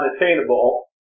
unattainable